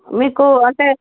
మీకు అంటే